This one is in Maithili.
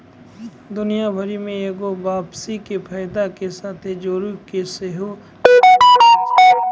दुनिया भरि मे एगो वापसी के फायदा के साथे जोड़ि के सेहो देखलो जाय रहलो छै